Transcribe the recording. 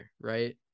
right